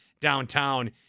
downtown